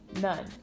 None